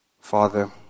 Father